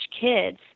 kids